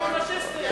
ופאשיסטית.